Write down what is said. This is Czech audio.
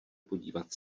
podívat